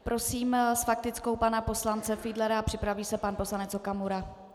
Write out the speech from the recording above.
Prosím s faktickou pana poslance Fiedlera, připraví se pan poslanec Okamura.